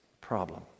problem